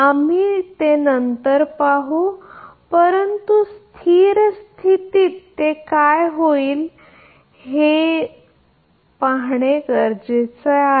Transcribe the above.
आम्ही नंतर पाहू परंतु स्थिर स्थितीत हे काय होईल हे मुदत नाहीसे होईल